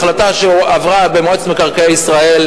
ההחלטה שעברה במועצת מקרקעי ישראל,